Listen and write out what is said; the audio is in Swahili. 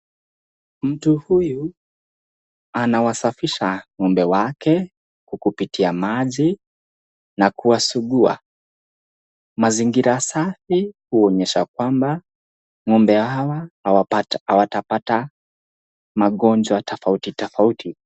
Mtu huyu anawasafisha ng'ombe wake kukupitia maji na kuwasugua. Mazingira safi huonyesha kwamba ng'ombe hawa hawatapata magonjwa tofauti tofauti.